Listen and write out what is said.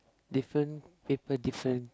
different people different